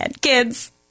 Kids